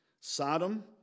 Sodom